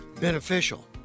beneficial